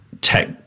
tech